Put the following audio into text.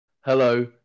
Hello